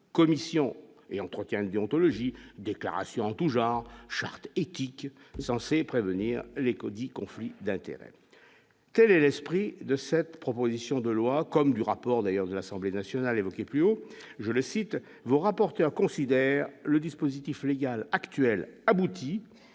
commission et entretient lui ontologie déclaration en tous genres, charte éthique censé prévenir les Lekodi conflit d'intérêt, quel est l'esprit de cette proposition de loi comme du rapport d'ailleurs de l'Assemblée nationale évoquée plus haut, je le cite : vos rapporteurs considèrent le dispositif légal actuel aboutit